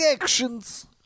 actions